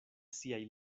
siaj